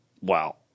Wow